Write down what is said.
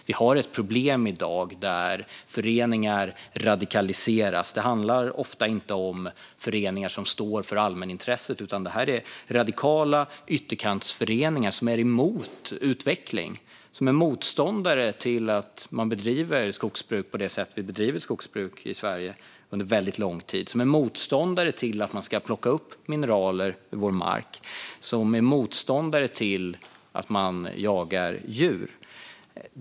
Vi har i dag ett problem där föreningar radikaliseras, och ofta handlar det inte om föreningar som står för allmänintresse utan om radikala ytterkantsföreningar som är emot utveckling. De är motståndare till att man bedriver skogsbruk på det sätt vi bedrivit skogsbruk i Sverige under väldigt lång tid, motståndare till att man ska plocka upp mineraler ur vår mark och motståndare till att man jagar djur.